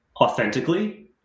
authentically